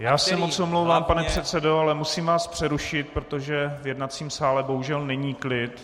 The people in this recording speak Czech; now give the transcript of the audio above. Já se moc omlouvám, pane předsedo, ale musím vás přerušit, protože v jednacím sále bohužel není klid.